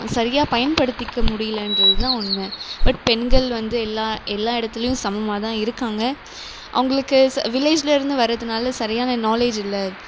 சரியாக பயன்படுத்திக்க முடியலன்றது தான் உண்மை பட் பெண்கள் வந்து எல்லா எல்லா இடத்துலேயும் சமமாக தான் இருக்காங்க அவங்களுக்கு வில்லேஜில் இருந்து வரதுனால சரியான நாலேஜ் இல்லை